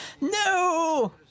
No